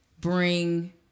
bring